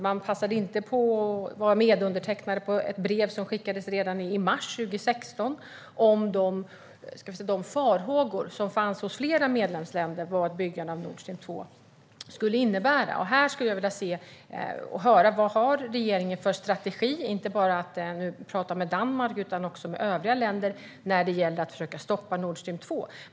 Man passade inte på att vara medundertecknare på ett brev som skickades redan i mars 2016 om de farhågor som fanns hos flera medlemsländer inför vad byggandet av Nordstream 2 skulle innebära. Jag skulle vilja höra vad regeringen har för strategi utöver att prata med Danmark. Har man pratat också med övriga länder för att försöka stoppa Nordstream 2?